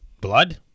blood